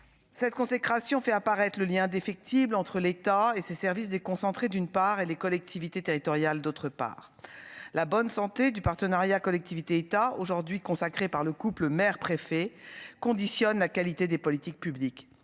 cette consécration fait apparaître le lien indéfectible entre l'État et ses services déconcentrés, d'une part et les collectivités territoriales d'autre part, la bonne santé du partenariat, collectivités, État aujourd'hui consacrés par le couple mère préfet conditionne la qualité des politiques publiques,